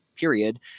period